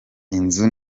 inzu